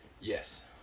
Yes